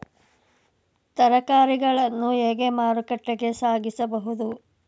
ತರಕಾರಿಗಳನ್ನು ಹೇಗೆ ಮಾರುಕಟ್ಟೆಗೆ ಸಾಗಿಸಬಹುದು?